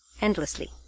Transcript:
endlessly